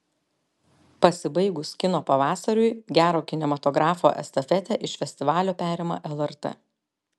pasibaigus kino pavasariui gero kinematografo estafetę iš festivalio perima lrt